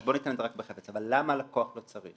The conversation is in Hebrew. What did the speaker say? אז בוא ניתן את זה רק --- אבל למה הלקוח לא צריך?